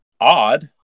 odd